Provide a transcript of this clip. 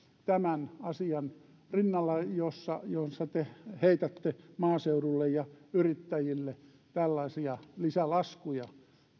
tämän asian rinnalla jossa jossa te heitätte maaseudulle ja yrittäjille tällaisia lisälaskuja